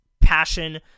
passion